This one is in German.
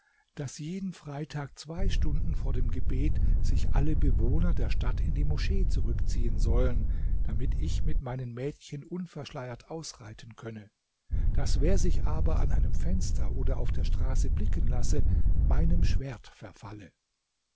daß jeden freitag zwei stunden vor dem gebet sich alle bewohner der stadt in die moschee zurückziehen sollen damit ich mit meinen mädchen unverschleiert ausreiten könne daß wer sich aber an einem fenster oder auf der straße blicken lasse meinem schwert verfalle